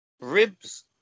Ribs